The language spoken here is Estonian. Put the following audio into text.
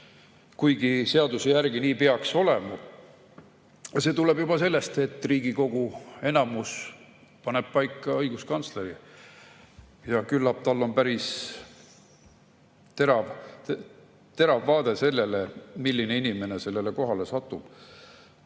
kuigi seaduse järgi nii peaks olema. See tuleb juba sellest, et Riigikogu enamus paneb õiguskantsleri paika ja küllap tal on päris terav vaade sellele, milline inimene sellele kohale satub.